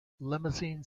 limousine